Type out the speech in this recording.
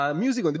music